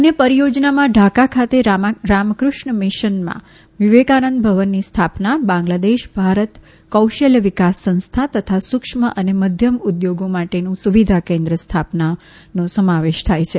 અનેય પરિયોજનામાં ઢાકા ખાતે રામકૃષ્ણ મિશનમાં વિવેકાનંદ ભવનની સ્થાપના બાંગ્લાદેશ ભારત કૌશલ્ય વિકાસ સંસ્થા તથા સૂક્ષ્મ અને મધ્યમ ઉદ્યોગો માટેનું સુવિધા કેન્દ્રની સ્થાપનાનો સમાવેશ થાય છે